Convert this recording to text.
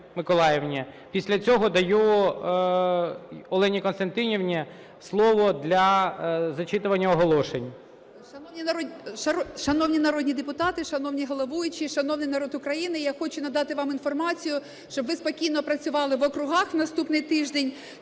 Після цього даю Олені Костянтинівні, слово для зачитування оголошень. 16:12:01 ТРЕТЬЯКОВА Г.М. Шановні народні депутати! Шановний головуючий, шановний народ України! Я хочу надати вам інформацію, щоб ви спокійно працювали в округах наступний тиждень,